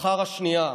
אחר השנייה,